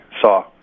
saw